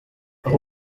aho